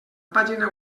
pàgina